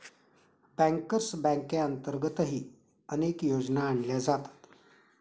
bankers बँकेअंतर्गतही अनेक योजना आणल्या जातात